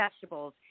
vegetables